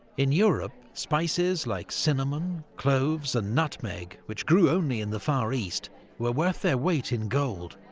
in europe, spices like cinnamon, cloves and nutmeg which grew only in the far east were worth their weight in gold.